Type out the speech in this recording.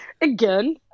again